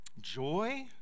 joy